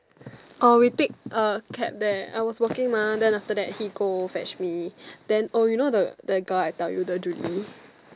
or we take uh cab there I was working mah then after that he go fetch me then oh you know the the girl I tell you the Julie